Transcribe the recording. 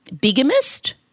bigamist